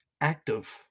active